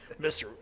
Mr